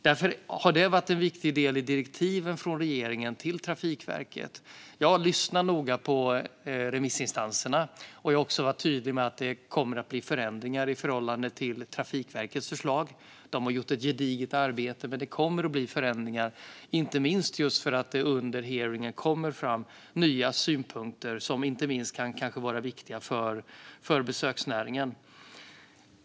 Därför har detta varit en viktig del i direktiven från regeringen till Trafikverket. Jag lyssnar noga på remissinstanserna. Jag har också varit tydlig med att det kommer att bli förändringar i förhållande till Trafikverkets förslag. De har gjort ett gediget arbete, men det kommer att bli förändringar, inte minst för att det under hearingen kom fram nya synpunkter som kan vara viktiga för besöksnäringen.